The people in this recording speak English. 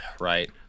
right